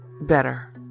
better